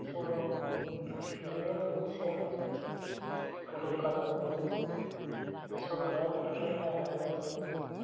जोङो बे मोनसे दखानावनो संग्रानिफ्राय लानानै